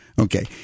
Okay